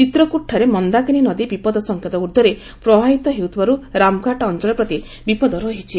ଚିତ୍ରକୁଟାଠାରେ ମନ୍ଦାକିନୀ ଗନଦୀ ବିପଦ ସଙ୍କେତ ଉର୍ଦ୍ଧରେ ପ୍ରବାହିତ ହେଉଥିବାର୍ତ ରାମଘାଟ ଅଞ୍ଚଳ ପ୍ରତି ବିପଦ ରହିଛି